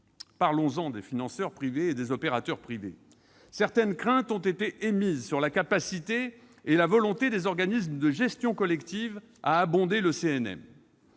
Parlons-en, justement, des opérateurs privés. Certaines craintes ont été émises sur la capacité et la volonté des organismes de gestion collective à abonder le CNM.